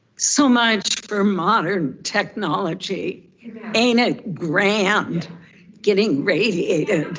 so much for modern technology ain't it grand getting radiated,